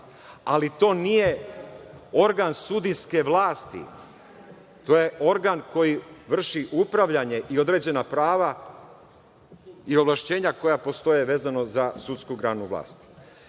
ali to nije organ sudijske vlasti. To je organ koji vrši upravljanje i određena prava i ovlašćenja koja postoje vezano za sudsku granu